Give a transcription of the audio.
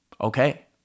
okay